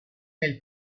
nel